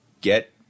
Get